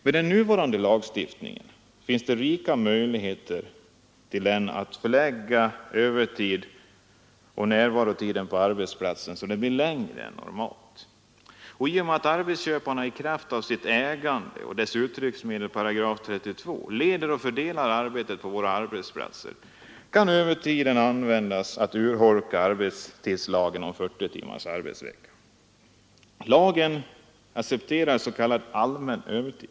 Med den nuvarande lagstiftningen finns det rika möjligheter att genom övertid förlänga närvarotiden för arbetarna på arbetsplatsen. I och med att arbetsköparna i kraft av sitt ägande och dess uttrycksmedel, § 32, leder och fördelar arbetet på våra arbetsplatser kan övertiden användas att urholka arbetstidslagen om 40 timmars arbetsvecka. Lagen accepterar s.k. allmän övertid.